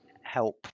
help